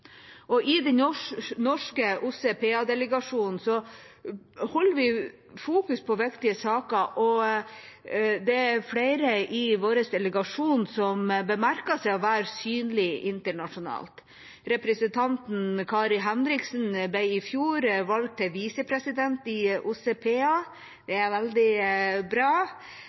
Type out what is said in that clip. OSSE. I den norske OSSE PA-delegasjonen fokuserer vi på viktige saker, og flere i vår delegasjon utmerker seg og er synlige internasjonalt. Representanten Kari Henriksen ble i fjor valgt til visepresident i OSSE PA – det er veldig bra.